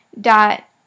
dot